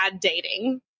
dating